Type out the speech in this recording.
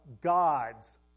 gods